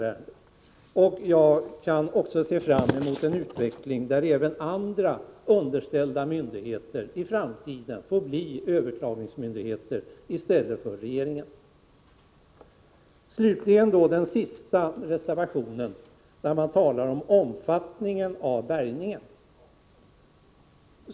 Jag ser också fram mot en utveckling där även andra underställda myndigheter i framtiden får bli överklagningsmyndigheter i stället för regeringen. Slutligen skall jag nämna den sista reservationen, där man talar om omfattningen av bärgningen.